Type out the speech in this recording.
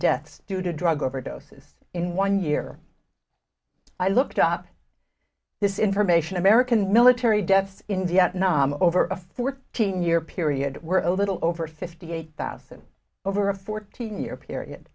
deaths due to drug overdoses in one year i looked up this information american military deaths in vietnam over a fourteen year period were a little over fifty eight thousand over a fourteen year period